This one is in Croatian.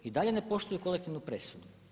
I dalje ne poštuju kolektivnu presudu.